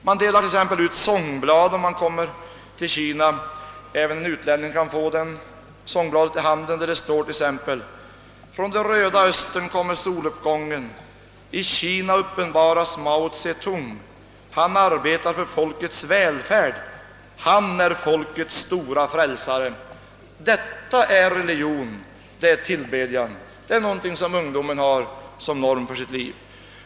Det delas t.ex. ut sångblad i Kina, som även en utlänning kan få, där det t.ex. kan stå följande: »Från det röda Östern kommer soluppgången. I Kina uppenbaras Mao Tse-tung. Han arbetar för folkets välfärd. Han är folkets stora frälsare.» Detta är religion och tillbedjan, och det är någonting som ungdonen har som norm för sitt liv.